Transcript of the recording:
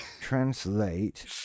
Translate